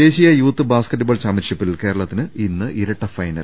ദേശീയ youth basketball ചാമ്പ്യൻഷിപ്പിൽ കേരള ത്തിന് ഇന്ന് ഇരട്ട ഫൈനൽ